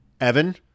Evan